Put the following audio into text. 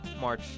March